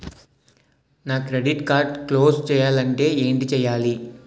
నా credit card close చేయాలంటే ఏంటి చేయాలి?